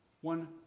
one